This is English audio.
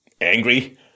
Angry